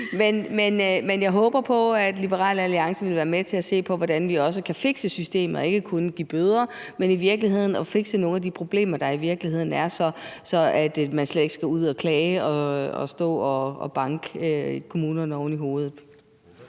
Men jeg håber på, at Liberal Alliance vil være med til at se på, hvordan vi også kan fikse systemet – ikke kun give bøder, men i virkeligheden fikse nogle af de problemer, der er, så man slet ikke skal ud at klage og stå og banke kommunerne oven i hovedet.